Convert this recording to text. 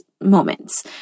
moments